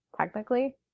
technically